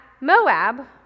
Moab